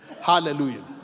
Hallelujah